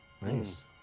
Nice